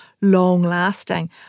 long-lasting